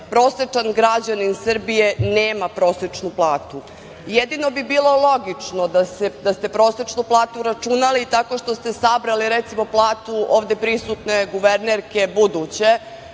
prosečan građanin Srbije nema prosečnu platu, jedino bi bilo logično da ste prosečnu platu računali tako što ste sabrali recimo platu ovde prisutne guvernerke buduće